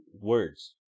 words